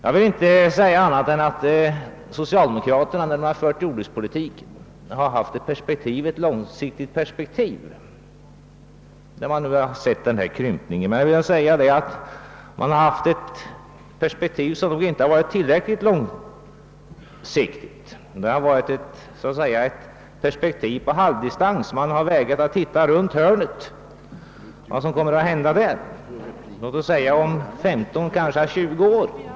Jag vill inte säga någonting annat än att socialdemokraterna har haft ett långsiktigt perspektiv i jordbrukspolitiken med denna krympning, men jag vill säga att perspektivet nog inte har varit till räckligt långt. Det har varit ett perspektiv så att säga på halvdistans, eftersom man har vägrat att se runt hörnet på vad som kommer att hända om 15 —20 år.